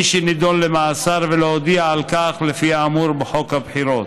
מי שנידון למאסר ולא הודיע על כך לפי האמור בחוק הבחירות.